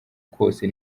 kose